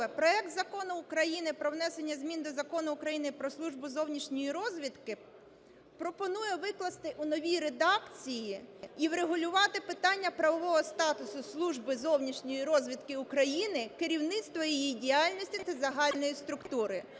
проект Закону України про внесення змін до Закону України "Про Службу зовнішньої розвідки" пропоную викласти у новій редакції і врегулювати питання правового статусу Служби зовнішньої розвідки України, керівництва її діяльності та загальної структури.